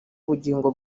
ubugingo